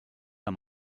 amb